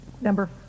Number